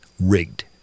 rigged